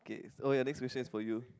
okay oh ya next question is for you